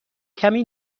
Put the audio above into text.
کمی